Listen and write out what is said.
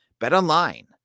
BetOnline